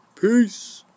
Peace